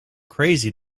crazy